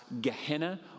Gehenna